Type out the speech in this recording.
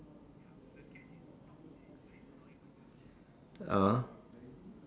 (uh huh)